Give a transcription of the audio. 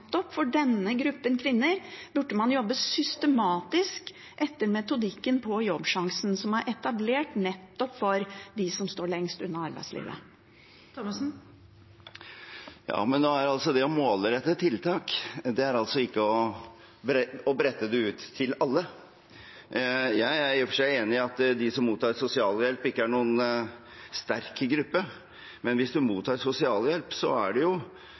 for denne gruppen kvinner burde man jobbe systematisk etter metodikken i Jobbsjansen, som er etablert nettopp for dem som står lengst unna arbeidslivet. Men det å målrette tiltak er ikke å brette det ut til alle. Jeg er i og for seg enig i at de som mottar sosialhjelp, ikke er noen sterk gruppe, men hvis man mottar sosialhjelp, er man jo